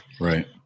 right